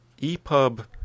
EPUB